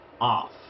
off